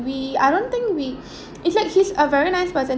we I don't think we it's like he's a very nice person